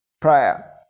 Prayer